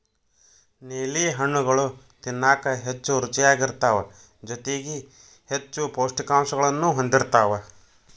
ನೇಲಿ ಹಣ್ಣುಗಳು ತಿನ್ನಾಕ ಹೆಚ್ಚು ರುಚಿಯಾಗಿರ್ತಾವ ಜೊತೆಗಿ ಹೆಚ್ಚು ಪೌಷ್ಠಿಕಾಂಶಗಳನ್ನೂ ಹೊಂದಿರ್ತಾವ